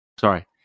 Sorry